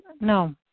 no